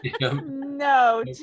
no